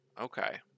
Okay